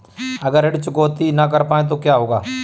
अगर ऋण चुकौती न कर पाए तो क्या होगा?